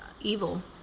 evil